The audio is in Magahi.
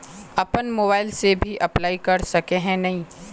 अपन मोबाईल से भी अप्लाई कर सके है नय?